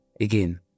again